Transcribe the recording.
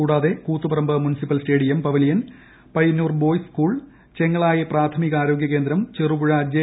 കൂടാതെ Koothuparamba municipal stadium pavilion Payyanur boys school Chengalayi പ്രാഥമികാരോഗ്യ കേന്ദ്രം ചെറുപുഴ ജെ